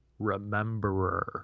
Rememberer